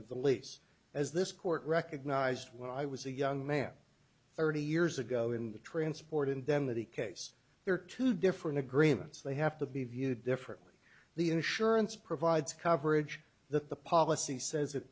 of the lease as this court recognized when i was a young man thirty years ago in the transport indemnity case there are two different agreements they have to be viewed differently the insurance provides coverage that the policy says it